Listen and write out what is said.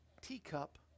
teacup